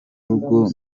rugo